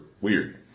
weird